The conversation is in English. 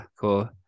cool